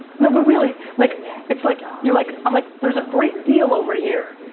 no but really, like it's like you know like, i'm like, there's a great deal over here,